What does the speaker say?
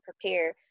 prepare